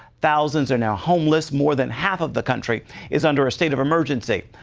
thousands are now homeless. more than half of the country is under a state of emergency.